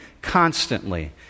constantly